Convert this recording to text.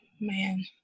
Man